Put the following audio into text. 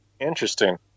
interesting